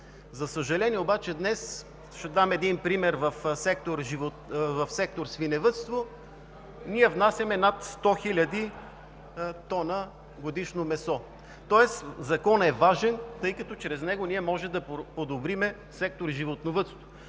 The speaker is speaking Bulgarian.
За съжаление обаче, днес ще дам един пример в сектор „Свиневъдство“, ние внасяме над 100 хил. тона годишно месо. Тоест Законът е важен, тъй като чрез него ние можем да подобрим сектор „Животновъдство“.